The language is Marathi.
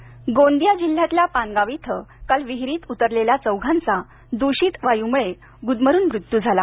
विहिरीत मृत्यू गोंदिया जिल्ह्यातल्या पानगाव इथं काल विहिरीत उतरलेल्या चौघांचा दृषित वायूमुळे गुदमरून मृत्यू झाला